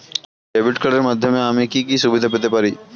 Debit কার্ডের মাধ্যমে আমি কি কি সুবিধা পেতে পারি?